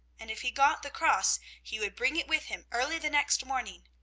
and if he got the cross he would bring it with him early the next morning.